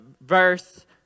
verse